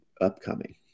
upcoming